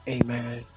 Amen